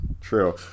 true